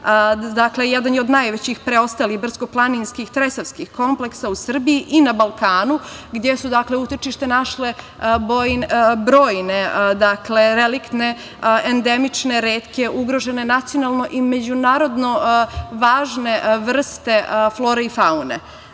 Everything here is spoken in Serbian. Dakle, jedan je od najvećih preostalih brdsko-planinskih tresavskih kompleksa u Srbiji i na Balkanu, gde su utočište našle brojne reliktne, endemične, retke, ugrožene, nacionalno i međunarodno važne vrste flore i faune. Dakle,